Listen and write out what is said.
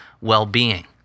well-being